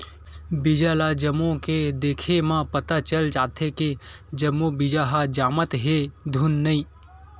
बीजा ल जमो के देखे म पता चल जाथे के जम्मो बीजा ह जामत हे धुन नइ